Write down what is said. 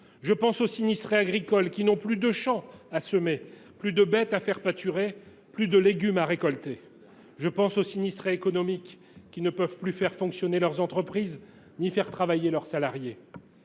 Je pense aux sinistrés agricoles, qui n’ont plus de champ à semer, plus de bêtes à faire pâturer, plus de légumes à récolter. Je pense aux sinistrés économiques, qui ne peuvent plus faire fonctionner leurs entreprises ni faire travailler leurs salariés.